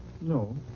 No